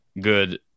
good